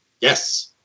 Yes